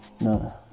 no